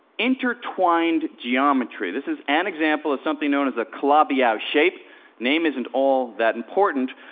intertwined geometry. this is an example of something known as a calabi-yau shape name isn't all that important.